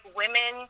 women